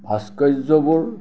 ভাস্কৰ্যবোৰ